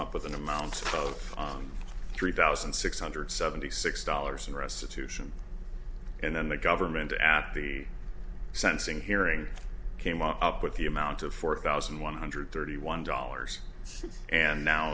up with an amount of on three thousand six hundred seventy six dollars in restitution and then the government at the sensing hearing came up with the amount of four thousand one hundred thirty one dollars and